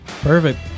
Perfect